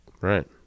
Right